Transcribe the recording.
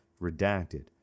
redacted